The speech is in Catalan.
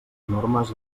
normes